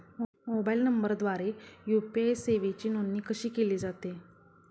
Mobile नंबरद्वारे UPI सेवेची नोंदणी कशी केली जाते?